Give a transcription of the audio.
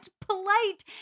polite